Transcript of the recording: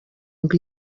ngo